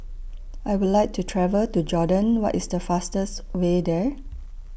I Would like to travel to Jordan What IS The fastest Way There